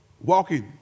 Walking